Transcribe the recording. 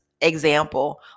example